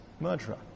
murderer